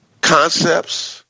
concepts